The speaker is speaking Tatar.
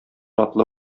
атлы